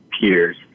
peers